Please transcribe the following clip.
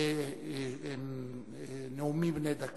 נמצא